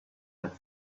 had